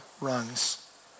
rungs